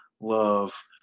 love